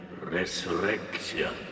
resurrection